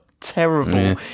Terrible